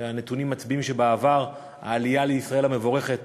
הנתונים מצביעים שבעבר העלייה המבורכת